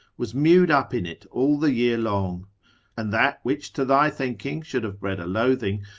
was mewed up in it all the year long and that which to thy thinking should have bred a loathing,